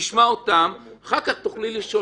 נשמע אותם ואחר כך תוכלי לשאול,